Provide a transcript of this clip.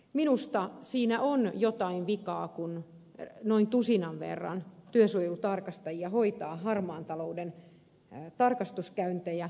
minusta siinä on jotain vikaa kun noin tusinan verran työsuojelutarkastajia hoitaa harmaan talouden tarkastuskäyntejä